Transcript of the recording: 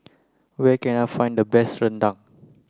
where can I find the best Rendang